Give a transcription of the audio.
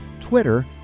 Twitter